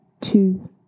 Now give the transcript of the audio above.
Two